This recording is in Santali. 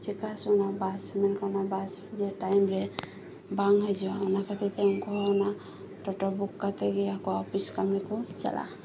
ᱪᱮᱠᱟ ᱥᱩᱢᱟᱹᱭ ᱵᱟᱥ ᱵᱟᱝ ᱠᱷᱟᱱ ᱚᱱᱟ ᱵᱟᱥ ᱡᱮ ᱴᱟᱭᱤᱢ ᱨᱮ ᱵᱟᱝ ᱦᱤᱡᱩᱜᱼᱟ ᱚᱱᱟ ᱠᱷᱟᱹᱛᱤᱨ ᱛᱮ ᱩᱱᱠᱩ ᱦᱚᱸ ᱚᱱᱟ ᱴᱳᱴᱳ ᱵᱩᱠ ᱠᱟᱛᱮ ᱜᱮ ᱟᱠᱚᱣᱟᱜ ᱚᱯᱷᱤᱥ ᱠᱟᱹᱢᱤ ᱠᱚ ᱪᱟᱞᱟᱜᱼᱟ